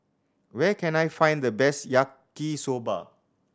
where can I find the best Yaki Soba